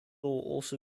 also